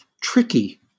tricky